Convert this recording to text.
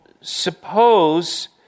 suppose